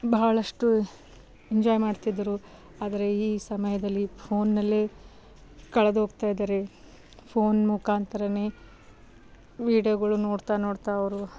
ಬಹಳಷ್ಟು ಎಂಜಾಯ್ ಮಾಡ್ತಿದ್ರು ಆದರೆ ಈ ಸಮಯದಲ್ಲಿ ಫೋನ್ನಲ್ಲೆ ಕಳೆದು ಹೋಗ್ತಾಯಿದ್ದಾರೆ ಫೋನ್ ಮುಖಾಂತರವೇ ವೀಡಿಯೊಗಳು ನೋಡ್ತಾ ನೋಡ್ತಾ ಅವರು